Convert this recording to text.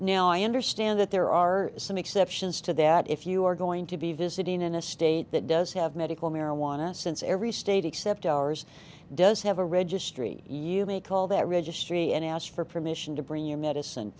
now i understand that there are some exceptions to that if you are going to be visiting in a state that does have medical marijuana since every state except ours does have a registry you may call their registry and ask for permission to bring you medicine